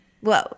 Whoa